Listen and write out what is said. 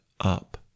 up